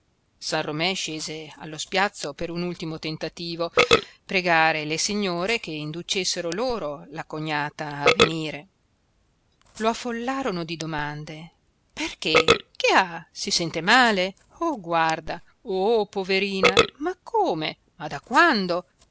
scese allo spiazzo per un ultimo tentativo pregare le signore che inducessero loro la cognata a venire lo affollarono di domande perché che ha si sente male oh guarda oh poverina ma come da quando